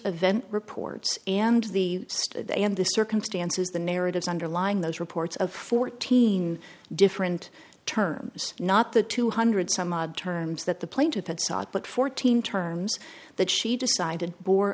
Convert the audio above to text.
event reports and the stood and the circumstances the narratives underlying those reports of fourteen different terms not the two hundred some odd terms that the plaintiff had sought but fourteen terms that she decided bore